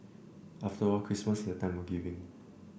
after all Christmas is the time of giving